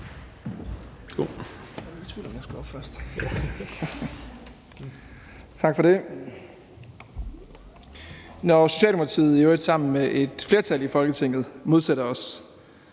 Tak for det. Når vi i Socialdemokratiet – i øvrigt sammen med et flertal i Folketinget – modsætter os,